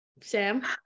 Sam